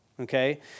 okay